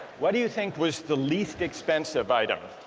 what do you think was the least expensive item?